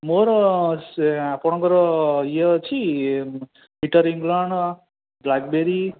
ମୋର ସେ ଆପଣଙ୍କର ଇଏ ଅଛି ଇଏ ପୀଟର୍ ଇଂଲଣ୍ଡ ବ୍ଲାକ୍ବେରୀ